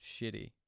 Shitty